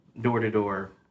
door-to-door